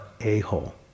a-hole